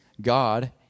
God